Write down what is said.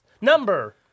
Number